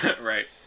right